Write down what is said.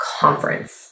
conference